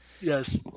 Yes